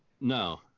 No